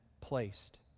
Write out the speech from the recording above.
placed